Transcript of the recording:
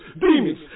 demons